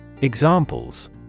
Examples